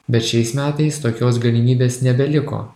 bet šiais metais tokios galimybės nebeliko